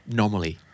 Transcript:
normally